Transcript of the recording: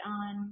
on